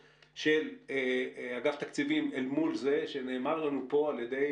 של אגף התקציבים אל מול לזה שנאמר לנו פה על ידי